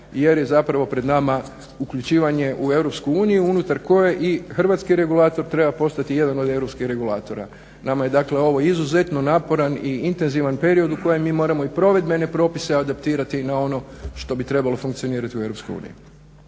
jer je zapravo pred nama uključivanje u Europsku uniju unutar koje i hrvatski regulator treba postati jedan od europskih regulatora. Nama je dakle ovo izuzetno naporan i intenzivan period u kojem mi moramo i provedbene propise adaptirati na ono što bi trebalo funkcionirati u